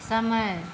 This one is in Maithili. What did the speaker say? समय